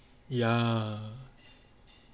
ya